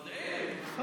יודעים.